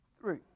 three